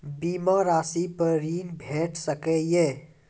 बीमा रासि पर ॠण भेट सकै ये?